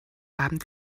abend